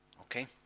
Okay